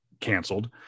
canceled